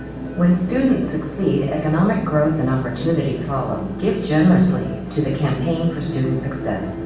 when students succeed, economic growth and opportunity follow. give generously to the campaign for student success.